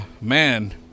Man